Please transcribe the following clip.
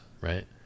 Right